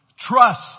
Trust